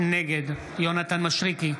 נגד יונתן מישרקי,